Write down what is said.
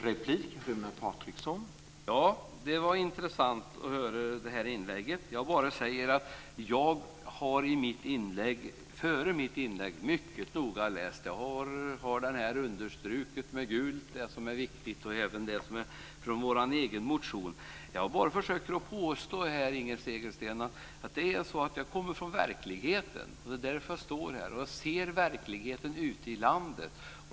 Herr talman! Det var intressant att höra det inlägget. Jag har före mitt inlägg mycket noga läst betänkandet. Jag har strukit under med gult det som är viktigt; även från vår egen motion. Jag försöker bara säga att jag kommer från verkligheten. Jag ser verkligheten ute i landet.